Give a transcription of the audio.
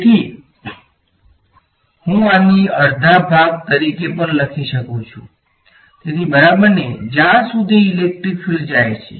તેથી હું આને અડધા ભાગ તરીકે પણ લખી શકું છું તેથી બરાબરને જ્યાં સુધી ઇલેક્ટ્રિક ક્ષેત્ર જાય છે